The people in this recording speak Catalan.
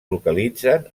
localitzen